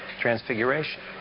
transfiguration